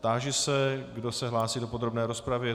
Táži se, kdo se hlásí do podrobné rozpravy.